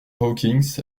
hawkins